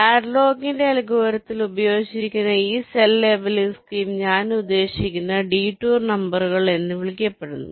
ഹാഡ്ലോക്കിന്റെ അൽഗോരിതത്തിൽ Hadlock's algorithm ഉപയോഗിച്ചിരിക്കുന്ന ഈ സെൽ ലേബലിംഗ് സ്കീം ഞാൻ ഉദ്ദേശിക്കുന്നത് ഡിടൂർ നമ്പറുകൾ എന്ന് വിളിക്കപ്പെടുന്നു